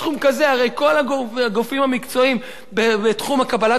הרי כל הגופים המקצועיים בתחום קבלת ההחלטות,